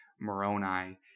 Moroni